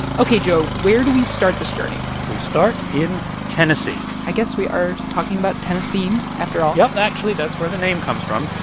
ok, joe, where do we start this journey? we start in tennessee i guess we are talking about tennessine, after all yeah. actually, that's where the name comes from.